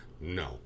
No